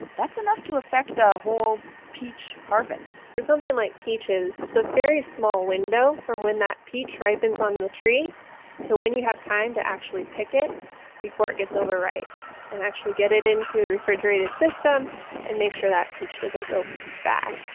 that's enough to affect a whole peach harvest for something like peaches, it's a very small window from when that peach ripens onto the tree to when you have time to actually pick it before it gets over ripe and actually get it into a refrigerated system and make sure that peach doesn't go bad.